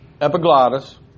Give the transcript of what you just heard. epiglottis